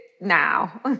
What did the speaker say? now